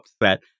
upset